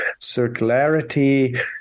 circularity